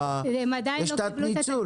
יש תת ניצול.